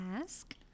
ask